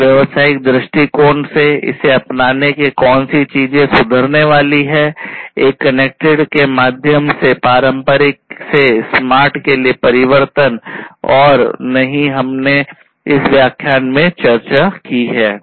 एक व्यावसायिक दृष्टिकोण से इसे अपनाने से कौन सी चीजें सुधरने वाली हैं एक कनेक्टेड के माध्यम से पारंपरिक से स्मार्ट के लिए परिवर्तन और नहीं हमने इस व्याख्यान में चर्चा की है